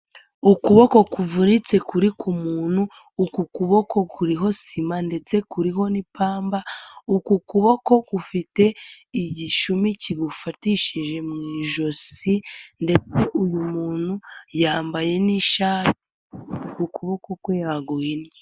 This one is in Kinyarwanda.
Ukuboko kuvunitse kuri ku muntu, uku kuboko kuriho sima ndetse kuriho n'ipamba, uku kuboko gufite igishumi kigufatishije mu ijosi ndetse uyu muntu yambaye n'ishati ukuboko kwe yaguhinnye.